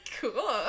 Cool